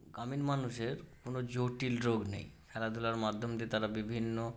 গ্রামীণ মানুষের কোনো জটিল রোগ নেই খেলাধূলার মাধ্যম দিয়ে তারা বিভিন্ন